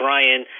Ryan